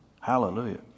Hallelujah